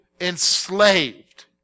Enslaved